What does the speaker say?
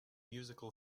musical